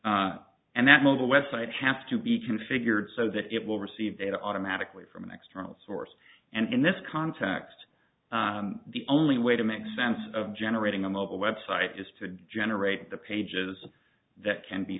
site have to be configured so that it will receive data automatically from an external source and in this context the only way to make sense of generating a mobile web site is to generate the pages that can be